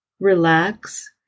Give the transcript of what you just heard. Relax